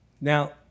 Now